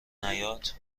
نیاد